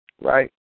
right